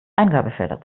eingabefelder